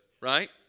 right